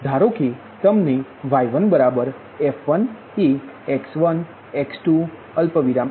તેથી ધારોકે તમને y1બરાબર f1 એ x1 x2